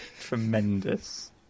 Tremendous